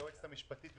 היועצת המשפטית,